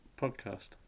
podcast